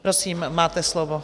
Prosím, máte slovo.